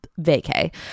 vacay